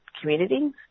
communities